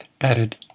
added